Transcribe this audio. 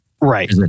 Right